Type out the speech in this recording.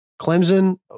Clemson